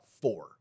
four